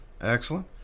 excellent